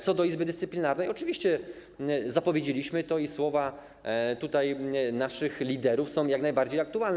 Co do Izby Dyscyplinarnej, oczywiście zapowiedzieliśmy to i słowa naszych liderów są jak najbardziej aktualne.